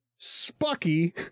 spucky